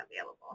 available